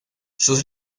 sus